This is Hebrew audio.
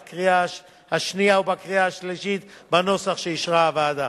השנייה ובקריאה השלישית בנוסח שאישרה הוועדה.